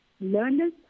learners